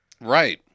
Right